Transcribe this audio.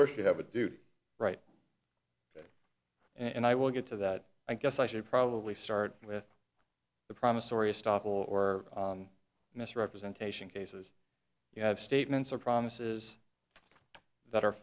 first you have a duty right and i will get to that i guess i should probably start with the promissory estoppel or misrepresentation cases you have statements or promises that are